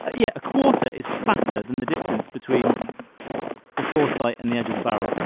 yeah, a quarter is fatter than the distance between the foresight and the edge of the barrel,